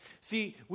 See